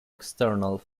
external